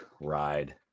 Ride